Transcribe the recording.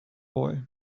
boy